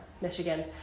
michigan